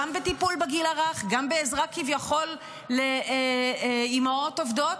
גם בטיפול בגיל הרך וגם בעזרה כביכול לאימהות עובדות.